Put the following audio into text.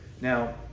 Now